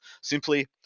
Simply